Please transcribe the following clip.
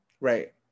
Right